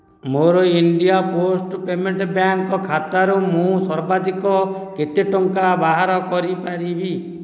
ମୋର India post payment bank ଖାତାରୁ ମୁଁ ସର୍ବାଧିକ କେତେ ଟଙ୍କା ବାହାର କରିପାରିବି